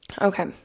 Okay